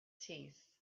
teeth